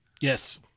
yes